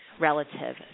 relative